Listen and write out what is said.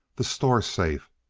the store safe.